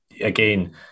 Again